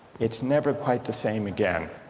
it's never quite the same again.